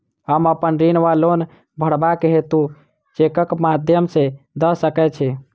हम अप्पन ऋण वा लोन भरबाक हेतु चेकक माध्यम सँ दऽ सकै छी?